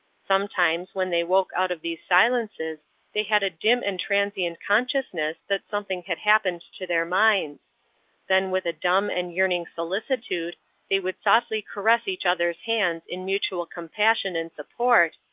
sometimes, when they woke out of these silences they had a dim and transient consciousness that something had happened to their minds then with a dumb and yearning solicitude they would softly caress each other's hands in mutual compassion and support,